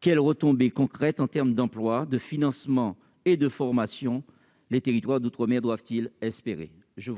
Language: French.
quelles retombées en termes d'emploi, de financement et de formation les territoires d'outre-mer doivent-ils espérer ? La